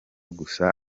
gusa